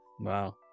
Wow